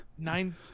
Nine